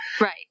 Right